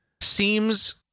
seems